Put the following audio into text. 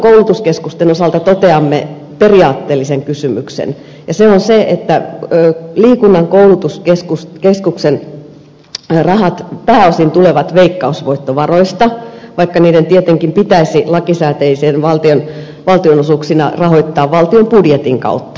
samoin liikunnan koulutuskeskusten osalta toteamme periaatteellisen kysymyksen ja se on se että liikunnan koulutuskeskusten rahat pääosin tulevat veikkausvoittovaroista vaikka ne tietenkin pitäisi lakisääteisinä valtionosuuksina rahoittaa valtion budjetin kautta